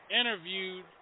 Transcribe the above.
interviewed